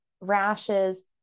rashes